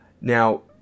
now